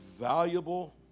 valuable